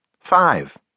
Five